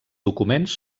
documents